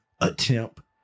attempt